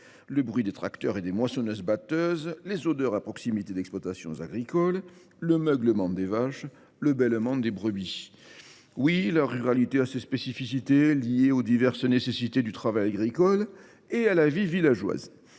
le bruit des tracteurs et des moissonneuses batteuses, les odeurs à proximité d’exploitations agricoles, le meuglement des vaches, le bêlement des brebis : oui, la ruralité a ses spécificités liées aux diverses nécessités du travail agricole et à la vie villageoise.